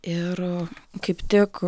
ir kaip tik